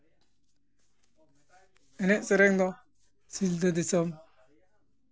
ᱮᱱᱮᱡ ᱥᱮᱨᱮᱧ ᱫᱚ ᱥᱤᱞᱫᱟᱹ ᱫᱤᱥᱚᱢ